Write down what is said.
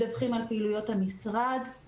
מדווחים על פעילויות המשרד,